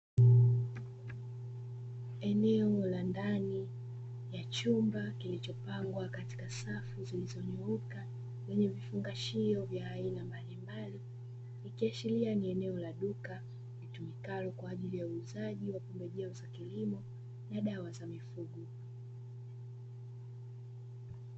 Eneo la ndani ya chumba kilichopangwa katika safu zilizonyooka, yenye vifungashio vya aina mbalimbali. Ikiashiria ni eneo la duka litumikalo kwa ajili ya uuzaji wa pembejeo za kilimo ya dawa za mifugo.